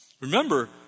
Remember